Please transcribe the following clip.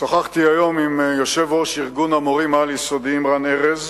שוחחתי היום עם יושב-ראש ארגון המורים העל-יסודיים רן ארז.